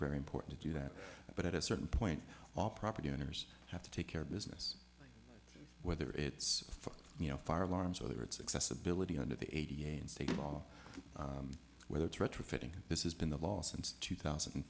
very important to do that but at a certain point all property owners have to take care of business whether it's you know fire alarms whether it's accessibility under the a t f state law whether threat refitting this has been the law since two thousand and